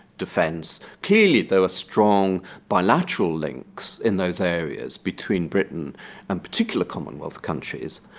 defence. clearly there were strong bilateral links in those areas between britain and particular commonwealth countries,